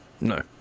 No